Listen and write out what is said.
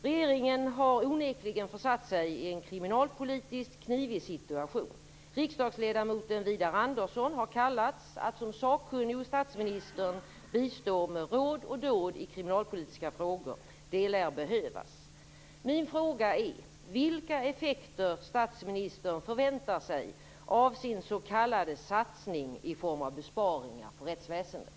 Regeringen har onekligen försatt sig i en kriminalpolitiskt knivig situation. Riksdagsledamoten Widar Andersson har kallats att som sakkunnig hos statsministern bistå med råd och dåd i kriminalpolitiska frågor. Det lär behövas. Min fråga är: Vilka effekter förväntar sig statsministern av sin s.k. satsning i form av besparingar på rättsväsendet?